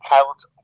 Pilots